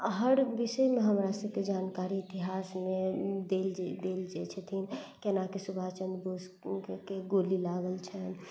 हर विषयमे हमरा सभके जानकारी इतिहासमे देल जे देल जाइ छथिन केनाकि सुभाषचन्द्र बोसके गोली लागल छै